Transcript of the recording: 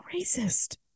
racist